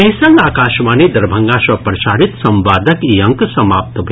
एहि संग आकाशवाणी दरभंगा सँ प्रसारित संवादक ई अंक समाप्त भेल